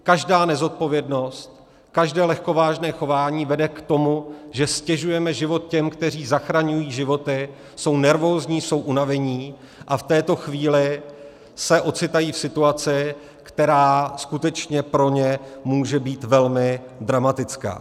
Každá nezodpovědnost, každé lehkovážné chování vede k tomu, že ztěžujeme život těm, kteří zachraňují životy, jsou nervózní, jsou unavení a v této chvíli se ocitají v situaci, která skutečně pro ně může být velmi dramatická.